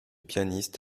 pianiste